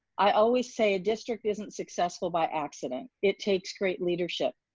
i always say, a district isn't successful by accident. it takes great leadership.